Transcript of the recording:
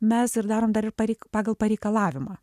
mes ir darom dar ir parei pagal pareikalavimą